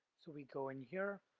so we go in here,